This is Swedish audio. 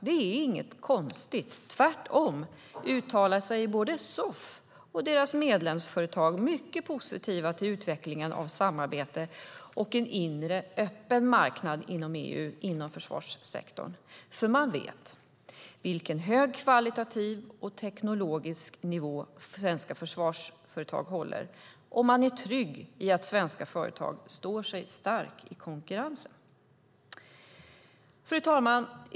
Det är inget konstigt. Tvärtom är både SOFF och dess medlemsföretag mycket positiva till utvecklingen av samarbete och en inre, öppen marknad i EU inom försvarssektorn, för man vet vilken hög kvalitativ och teknologisk nivå svenska försvarsföretag håller, och man är trygg i att svenska företag står sig starkt i konkurrensen. Fru talman!